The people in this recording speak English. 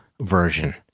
version